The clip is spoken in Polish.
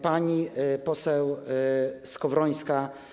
Pani poseł Skowrońska.